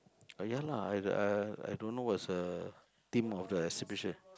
uh ya lah I d~ I don't know what's the theme of the exhibition